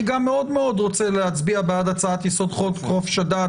גם אני רוצה להצביע בעד הצעת חוק-יסוד: חופש הדת